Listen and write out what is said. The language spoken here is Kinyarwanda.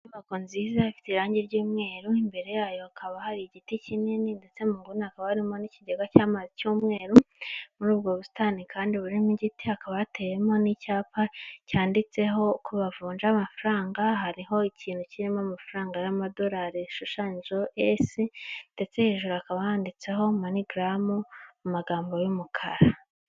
Inyubako nziza ifite irangi ry'umweru, imbere yayo hakaba hari igiti kinini ndetse mu nguni hakaba harimo n'ikigega cy'amazi cy'umweru, muri ubwo busitani kandi burimo igiti hakaba hateyemo n'icyapa cyanditseho ko bavunja amafaranga, hariho ikintu kirimo amafaranga y'amadorari ashushanyijeho esi ndetse hejuru hakaba handitseho manigaramu mu magambo y'umukara.